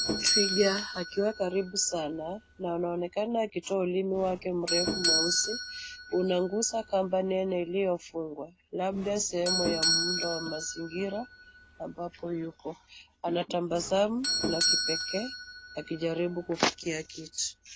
Twiga akiwa karibu sana na anaonekana akitoa na ulimi wake mrefu mweusi unagusa kamba nene iliyofungwa labda sehemu ya muundo wa mazingira ambapo yuko. Anatabasamu la kipekee akijaribu kufikia kitu.